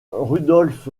rudolf